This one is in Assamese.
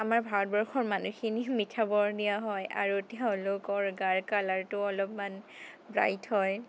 আমাৰ ভাৰতবৰ্ষৰ মানুহখিনি মিঠা বৰণীয়া হয় আৰু তেওঁলোকৰ গাৰ কালাৰটো অলপমান ব্ৰাইট হয়